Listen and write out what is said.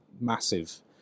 massive